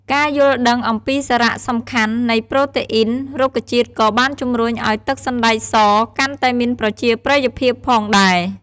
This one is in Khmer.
ការយល់ដឹងអំពីសារៈសំខាន់នៃប្រូតេអ៊ីនរុក្ខជាតិក៏បានជំរុញឱ្យទឹកសណ្តែកសកាន់តែមានប្រជាប្រិយភាពផងដែរ។